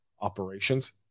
operations